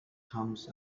comes